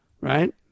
Right